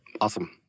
Awesome